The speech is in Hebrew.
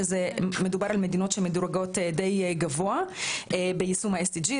שמדובר על מדינות שמדורגות די גבוה ביישום ה-SDG.